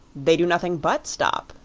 they do nothing but stop,